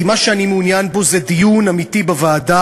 כי מה שאני מעוניין בו זה דיון אמיתי בוועדה,